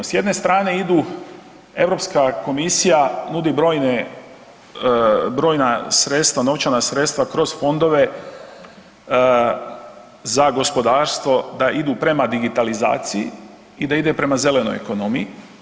S jedne strane idu, Europska komisija nudi brojne, brojna sredstva, novčana sredstva kroz fondove za gospodarstvo da idu prema digitalizaciji i da ide prema zelenoj ekonomiji.